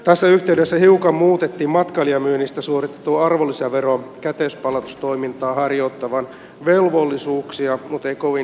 tässä yhteydessä hiukan muutettiin matkailijamyynnistä suoritetun arvonlisäveron käteis palautustoimintaa harjoittavan velvollisuuksia mutta ei kovin isolta osin